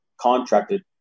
contracted